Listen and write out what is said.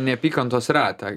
neapykantos ratą